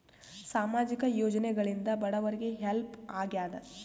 ಸಾಮಾಜಿಕ ಯೋಜನೆಗಳಿಂದ ಬಡವರಿಗೆ ಹೆಲ್ಪ್ ಆಗ್ಯಾದ?